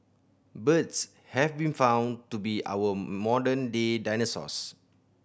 birds have been found to be our modern day dinosaurs